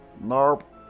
Nope